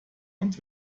und